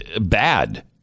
bad